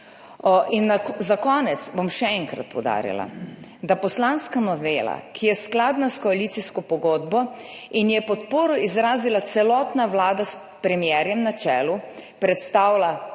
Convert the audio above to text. Za konec bom še enkrat poudarila, da poslanska novela, ki je skladna s koalicijsko pogodbo in ji je podporo izrazila celotna vlada s premierjem na čelu, predstavlja